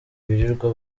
birirwa